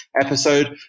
episode